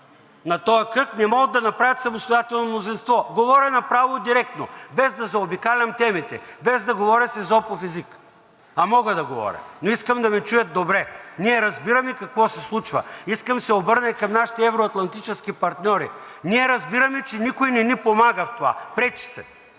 на този кръг не могат да направят самостоятелно мнозинство. Говоря направо директно, без да заобикалям темите, без да говоря с езопов език. А мога да говоря, но искам да ме чуят добре – ние разбираме какво се случва. Искам да се обърна и към нашите евро-атлантически партньори: ние разбираме, че никой не ни помага в това – пречи се.